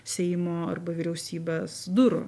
seimo arba vyriausybės durų